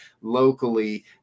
locally